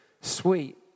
sweet